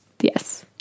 yes